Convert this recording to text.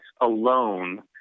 alone